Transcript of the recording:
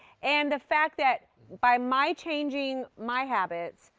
and the fact that by my changing my habits,